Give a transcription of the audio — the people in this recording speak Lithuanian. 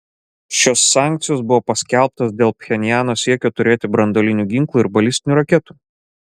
šios sankcijos buvo paskelbtos dėl pchenjano siekio turėti branduolinių ginklų ir balistinių raketų